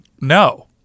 no